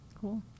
cool